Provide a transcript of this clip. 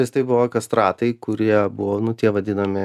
nes tai buvo kastratai kurie buvo nu tie vadinami